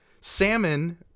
salmon